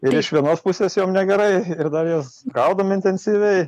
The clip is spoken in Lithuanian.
ir iš vienos pusės jom negerai ir dar jas gaudom intensyviai